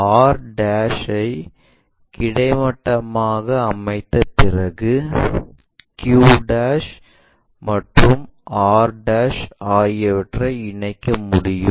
r ஐ கிடைமட்டமாக அமைத்த பிறகு q மற்றும் r ஆகியவற்றை இணைக்க முடியும்